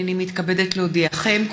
הנני מתכבדת להודיעכם,